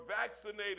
vaccinated